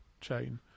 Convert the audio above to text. chain